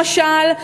למשל,